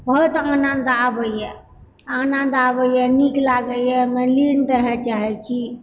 बहुत आनन्द आबयए आनन्द आबयए नीक लागयए ओहिमऽ लीन रहय चाहैत छी